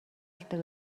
болдог